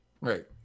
Right